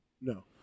no